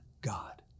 God